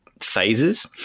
phases